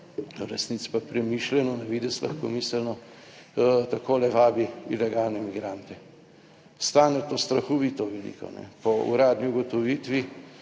resnici pa premišljeno na videz lahkomiselno takole vabi ilegalne migrante. Stane to strahovito veliko. Po uradni ugotovitvi